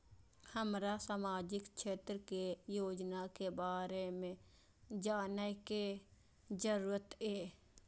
हमरा सामाजिक क्षेत्र के योजना के बारे में जानय के जरुरत ये?